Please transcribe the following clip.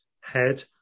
head